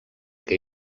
que